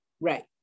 Right